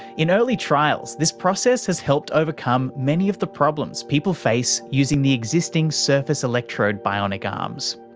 in early trials this process has helped overcome many of the problems people face using the existing surface electrode bionic arms.